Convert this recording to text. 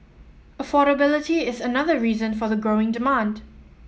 affordability is another reason for the growing demand